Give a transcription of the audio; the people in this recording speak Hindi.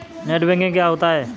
नेट बैंकिंग क्या होता है?